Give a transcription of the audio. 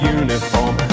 uniform